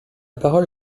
parole